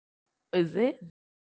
is it